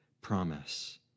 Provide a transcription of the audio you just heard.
promise